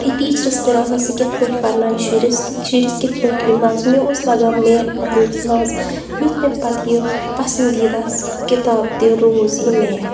یہِ ٹیٖچرَس تہِ آسان سُہ کِتھ پٲٹھۍ پَرنایہِ شُرِس تہٕ شُرِس کِتھ پٲٹھۍ ای مَزٕ مےٚ اوس لَگان میتھ پَرنَس مَزٕ یُتھ مےٚ پَتہٕ یہِ پَسنٛدیٖدہ کِتاب تہِ روز یہِ میتھ